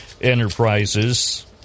enterprises